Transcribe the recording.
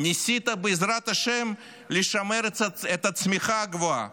ניסית בעזרת השם לשמר את הצמיחה הגבוהה,